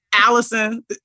Allison